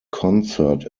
concert